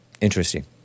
interesting